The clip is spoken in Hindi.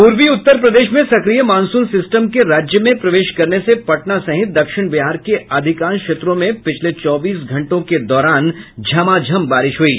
पूर्वी उत्तर प्रदेश में सक्रिय मॉनसून सिस्टम के राज्य में प्रवेश करने से पटना सहित दक्षिण बिहार के अधिकांश क्षेत्रों में पिछले चौबीस घंटों के दौरान झमाझम बारिश हुयी